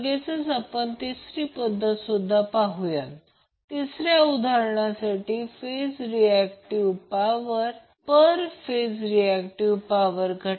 हा दुसरा एक्झरसाइजआहे three phase three wire 220V a b c सिस्टीममधील line current Ia Ib Ic दिले आहेत